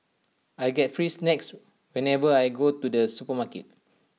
I get free snacks whenever I go to the supermarket